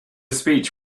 speech